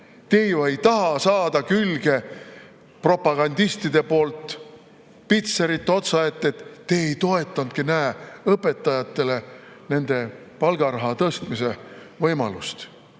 Te ju ei taha saada propagandistide poolt pitserit otsaette, et te ei toetanudki, näe, õpetajate palgaraha tõstmise võimalust.